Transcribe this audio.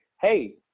hey